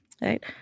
Right